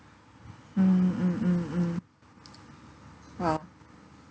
mm mm mm mm !wow!